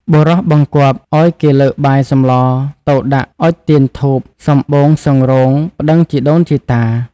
បុរសបង្គាប់ឱ្យគេលើកបាយសម្លរ ទៅដាក់អុជ ទៀនធូប សំបូងសង្រូងប្ដឹងជីដូនជីតា។